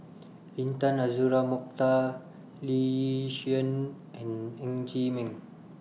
Intan Azura Mokhtar Lee Yi Shyan and Ng Chee Meng